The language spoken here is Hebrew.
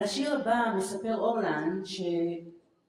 ‫השיר הבא מספר אורלן ש...